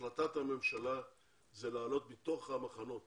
החלטת הממשלה היא להעלות מתוך המחנות.